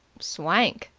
swank!